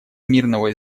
мирного